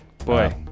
Boy